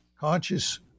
conscious